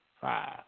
Five